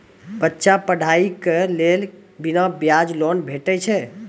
बच्चाक पढ़ाईक लेल बिना ब्याजक लोन भेटै छै?